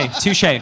touche